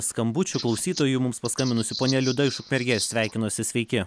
skambučių klausytojų mums paskambinusi ponia liuda iš ukmergės sveikinosi sveiki